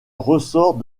ressort